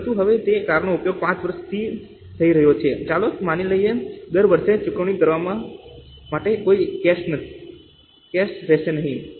પરંતુ હવે તે કારનો ઉપયોગ 5 વર્ષથી થઈ રહ્યો છે ચાલો માની લઈએ કે દર વર્ષે ચૂકવણી કરવા માટે કોઈ કેશ રહેશે નહીં